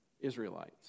Israelites